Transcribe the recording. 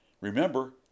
remember